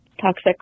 toxic